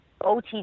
OTT